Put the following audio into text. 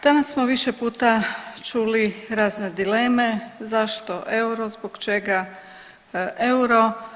Danas smo više puta čuli razne dileme zašto euro, zbog čega euro.